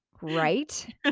Right